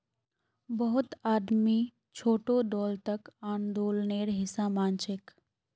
बहुत आदमी छोटो दौलतक आंदोलनेर हिसा मानछेक